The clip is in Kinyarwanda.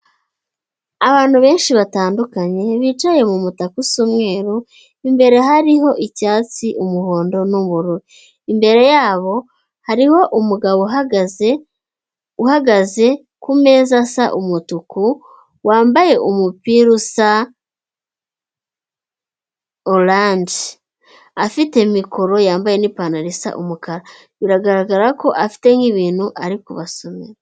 Abantu benshi batandukanye bicaye mu mutaka usa umweru, imbere hariho icyatsi, umuhondo, imbere yabo hariho umugabo uhagaze uhagaze ku meza asa umutuku, wambaye umupira usa oranje, afite mikoro yambaye n'ipantaro isa umukara, biragaragara ko afite nk'ibintu ari kubasomera.